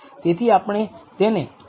તેથી આપણે તેને 6